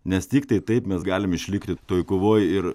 nes tiktai taip mes galim išlikti toj kovoj ir